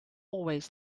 always